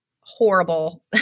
horrible